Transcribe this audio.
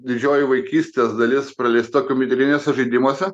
didžioji vaikystės dalis praleista kompiuteriniuose žaidimuose